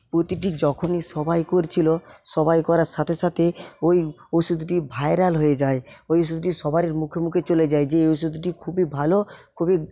প্রতিটি যখনই সবাই করছিল সবাই করার সাথে সাথে ওই ওষুধটি ভাইরাল হয়ে যায় ওই ওষুধটি সবার মুখে মুখে চলে যায় যে এই ওষুধটি খুবই ভালো খুবই